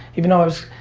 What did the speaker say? even though i was,